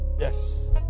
yes